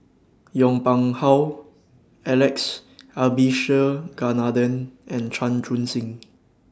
Yong Pung How Alex Abisheganaden and Chan Chun Sing